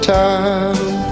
time